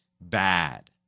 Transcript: bad